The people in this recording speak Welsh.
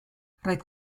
roedd